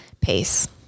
pace